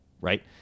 right